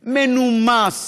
מנומס,